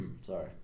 sorry